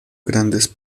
grandes